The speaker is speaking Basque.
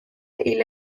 hil